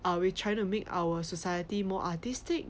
uh we trying to make our society more artistic